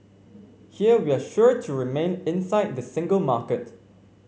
here we're sure to remain inside the single market